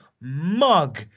mug